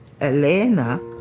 Elena